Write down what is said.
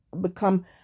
become